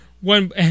One